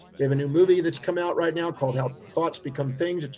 we have a new movie that's come out right now called, how thoughts become things.